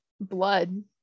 blood